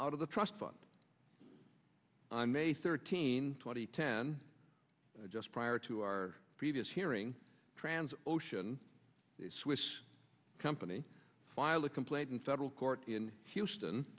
fund i'm a thirteen twenty ten just prior to our previous hearing trans ocean swiss company filed a complaint in federal court in houston